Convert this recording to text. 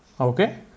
Okay